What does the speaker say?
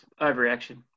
Overreaction